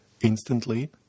instantly